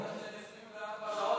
24 שעות,